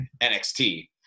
nxt